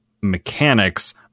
mechanics